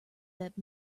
that